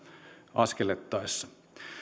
askellettaessa